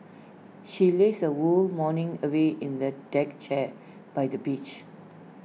she lazed her whole morning away in the deck chair by the beach